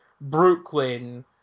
Brooklyn